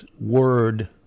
word